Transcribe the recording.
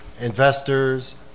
investors